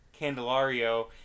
Candelario